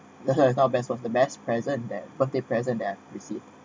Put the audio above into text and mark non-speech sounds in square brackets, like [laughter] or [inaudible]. that's was [laughs] it's now best was the best present that birthday present that I've received